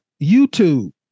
youtube